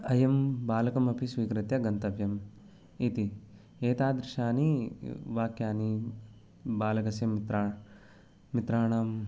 अयं बालकमपि स्वीकृत्य गन्तव्यम् इति एतादृशानि वाक्यानि बालकस्य मित्रान् मित्राणाम्